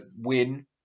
win